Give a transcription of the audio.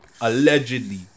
allegedly